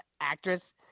actress